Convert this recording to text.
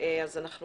צריך